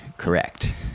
correct